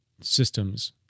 systems